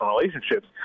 relationships